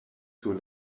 sur